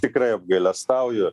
tikrai apgailestauju